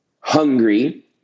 hungry